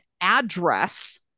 address